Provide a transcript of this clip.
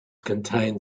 contained